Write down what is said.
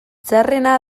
txarrena